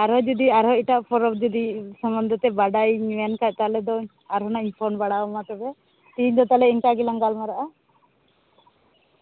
ᱟᱨᱦᱚᱸ ᱡᱩᱫᱤ ᱟᱨᱦᱚᱸ ᱮᱴᱟᱜ ᱯᱚᱨᱚᱵᱽ ᱡᱩᱫᱤ ᱥᱚᱢᱵᱚᱱᱫᱷᱮᱛᱮ ᱵᱟᱰᱟᱭᱤᱧ ᱢᱮᱱᱠᱷᱟᱱ ᱛᱟᱦᱞᱮ ᱫᱚ ᱟᱨᱦᱚᱸᱱᱟᱜ ᱤᱧ ᱯᱷᱳᱱ ᱵᱟᱲᱟᱣᱟᱢᱟ ᱛᱚᱵᱮ ᱛᱤᱦᱤᱧ ᱫᱚ ᱛᱟᱦᱞᱮ ᱤᱱᱠᱟ ᱜᱮᱞᱟᱝ ᱜᱟᱞᱢᱟᱨᱟᱜᱼᱟ